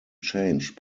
changed